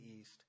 east